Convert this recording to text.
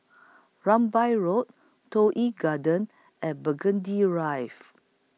Rambai Road Toh Yi Garden and Burgundy